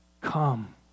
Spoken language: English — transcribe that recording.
Come